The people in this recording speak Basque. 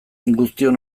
guztion